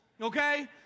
okay